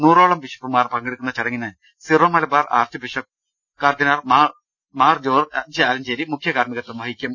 നൂറോളം ബിഷപ്പുമാർ പങ്കെടുക്കുന്ന ചടങ്ങിന് സിറോ മലബാർ ആർച്ച് ബിഷപ്പ് കർദ്ദി നാൾ മാർ ജോർജ്ജ് ആലഞ്ചേരി മുഖ്യകാർമികത്വം വഹിക്കും